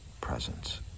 presence